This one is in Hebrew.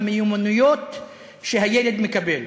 המיומנויות שהילד מקבל.